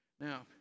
Now